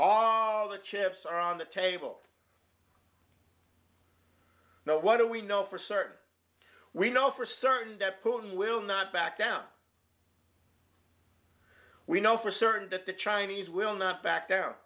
of the chips are on the table now what do we know for certain we know for certain that putin will not back down we know for certain that the chinese will not back